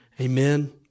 Amen